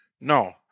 No